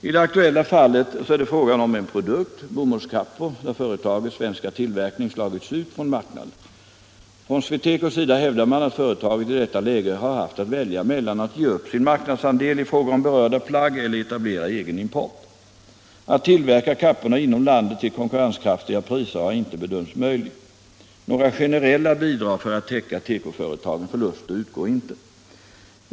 I det aktuella fallet är det fråga om en produkt — bomullskappor — där företagets svenska tillverkning slagits ut från marknaden. Från Swe Tecos sida hävdar man att företaget i detta läge har haft att välja mellan att ge upp sin marknadsandel i fråga om berörda plagg eller att etablera egen import. Att tillverka kapporna inom landet till konkurrenskraftiga priser har inte bedömts möjligt. Några generella bidrag för att täcka tekoföretagens förluster utgår inte.